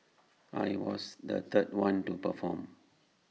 I was the third one to perform